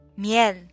Miel